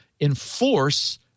enforce